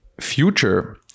future